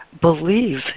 believe